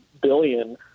billion